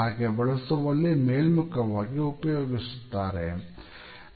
ಹಾಗೆ ಬಳಸುವಲ್ಲಿ ಮೇಲ್ಮುಖವಾಗಿ ಉಪಯೋಗಿಸುತ್ತಾರೆ